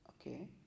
okay